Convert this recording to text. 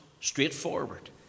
straightforward